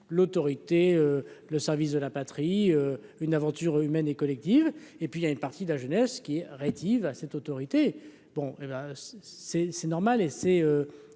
l'autorité, le service de la patrie, une aventure humaine et collective et puis il y a une partie de la jeunesse qui est rétive à cette autorité, bon hé ben c'est c'est normal et c'est